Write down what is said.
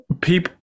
people